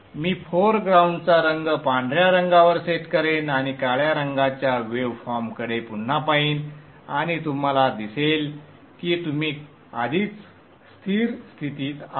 मी फोरग्राऊंडचा रंग पांढर्या रंगावर सेट करेन आणि काळ्या रंगाच्या वेव फॉर्म्सकडे पुन्हा पाहीन आणि तुम्हाला दिसेल की तुम्ही आधीच स्थिर स्थितीत आहात